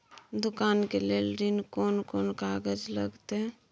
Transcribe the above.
दुकान के लेल ऋण कोन कौन कागज लगतै?